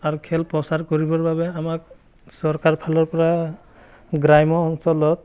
আৰু খেল প্ৰচাৰ কৰিবৰ বাবে আমাক চৰকাৰ ফালৰ পৰা গ্ৰাম্য অঞ্চলত